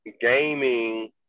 gaming